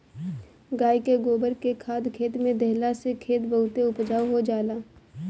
गाई के गोबर के खाद खेते में देहला से खेत बहुते उपजाऊ हो जाला